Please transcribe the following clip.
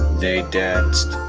they danced,